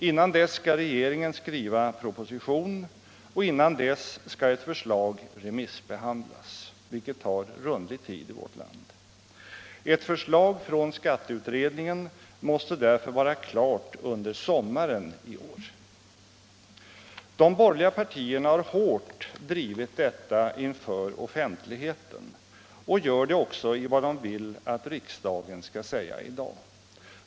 Innan dess skall regeringen skriva en proposition och innan dess skall förslaget remissbehandlas, vilket tar rundlig tid i vårt land. Ett förslag från skatteutredningen måste därför vara klart under sommaren i år. De borgerliga partierna har hårt drivit detta krav på ett nytt skattesystem inför offentligheten, och de gör det också i det förslag som de vill att riksdagen skall besluta om i dag.